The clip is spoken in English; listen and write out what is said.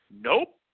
Nope